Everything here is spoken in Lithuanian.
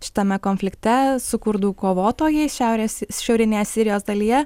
šitame konflikte su kurdų kovotojais šiaurės šiaurinėje sirijos dalyje